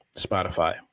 Spotify